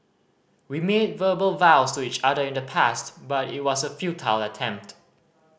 we made verbal vows to each other in the past but it was a futile attempt